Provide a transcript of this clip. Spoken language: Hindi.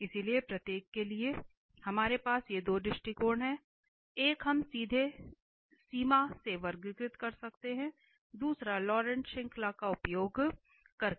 इसलिए प्रत्येक के लिए हमारे पास ये दो दृष्टिकोण हैं एक हम सीधे सीमा से वर्गीकृत कर सकते हैं दूसरा लॉरेंट श्रृंखला का उपयोग करके